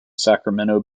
sacramento